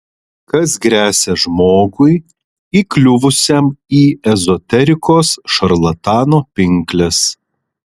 kas gresia žmogui įkliuvusiam į ezoterikos šarlatano pinkles